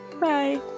Bye